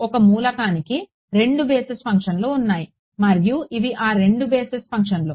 ఒక మూలకానికి రెండు బేసిస్ ఫంక్షన్లు ఉన్నాయి మరియు ఇవి ఆ రెండు బేసిస్ ఫంక్షన్లు